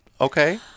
okay